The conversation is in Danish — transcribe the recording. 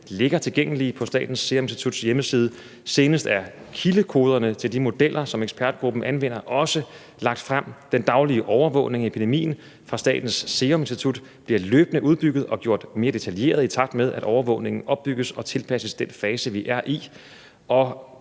ligger tilgængelige på Statens Serum Instituts hjemmeside. Senest er kildekoderne til de modeller, som ekspertgruppen anvender, også lagt frem. Den daglige overvågning af epidemien fra Statens Serum Instituts side bliver løbende udbygget og gjort mere detaljeret, i takt med at overvågningen opbygges og tilpasses den fase, vi er i.